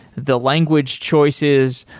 the language choices,